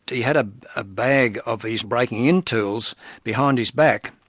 he had ah a bag of his breaking-in tools behind his back,